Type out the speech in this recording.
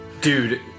Dude